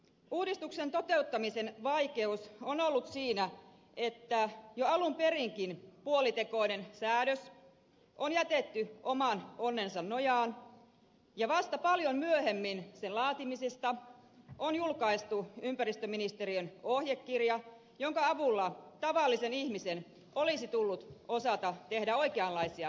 uudistuksen toteuttamisen vaikeus on ollut siinä että jo alun perinkin puolitekoinen säädös on jätetty oman onnensa nojaan ja vasta paljon myöhemmin sen laatimisesta on julkaistu ympäristöministeriön ohjekirja jonka avulla tavallisen ihmisen olisi tullut osata tehdä oikeanlaisia ratkaisuja